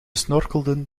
snorkelden